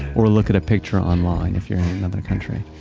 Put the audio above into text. or look at a picture online if you're in another country.